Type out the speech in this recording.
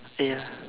ya